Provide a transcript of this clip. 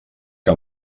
que